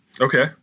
Okay